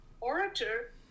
orator